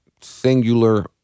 singular